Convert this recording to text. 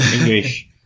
English